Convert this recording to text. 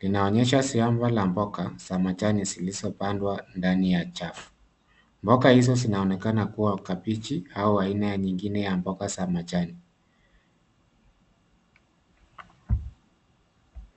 Linaonyesha shamba la mboga za majani zilizopandwa ndani ya chafu. Mboga hizo zinaonekana kuwa kabeji, au aina nyingine ya mboga za majani.